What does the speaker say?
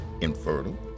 infertile